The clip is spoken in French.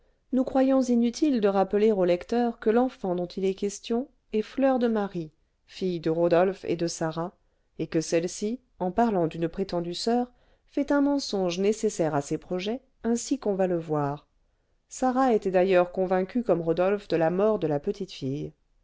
nous croyons inutile de rappeler au lecteur que l'enfant dont il est question est fleur de marie fille de rodolphe et de sarah et que celle-ci en parlant d'une prétendue soeur fait un mensonge nécessaire à ses projets ainsi qu'on va le voir sarah était d'ailleurs convaincue comme rodolphe de la mort de la petite fille